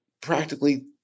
practically